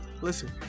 Listen